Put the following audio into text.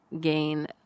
gain